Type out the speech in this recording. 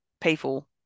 people